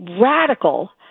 radical